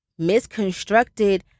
misconstructed